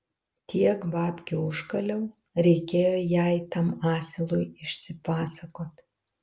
tiek babkių užkaliau reikėjo jai tam asilui išsipasakot